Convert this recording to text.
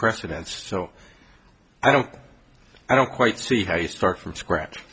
precedents so i don't i don't quite see how you start from scratch